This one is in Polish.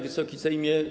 Wysoki Sejmie!